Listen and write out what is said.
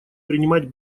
принимать